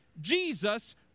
Jesus